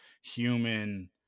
human